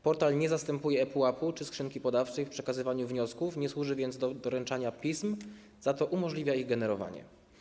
Portal nie zastępuje ePUAP czy skrzynki podawczej w przekazywaniu wniosków, nie służy więc do doręczania pism, za to umożliwia ich generowanie.